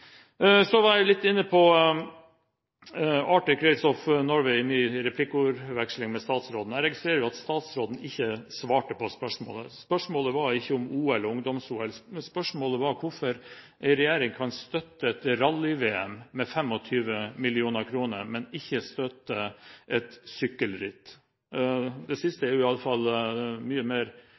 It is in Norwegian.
så måte. Jeg var litt inne på Arctic Race of Norway i min replikkordveksling med statsråden. Jeg registrerer at statsråden ikke svarte på spørsmålet. Spørsmålet var ikke om OL og Ungdoms-OL. Spørsmålet var hvorfor en regjering kan støtte et rally-VM med 25 mill. kr, men ikke støtte et sykkelritt. Det siste er i alle fall mye mer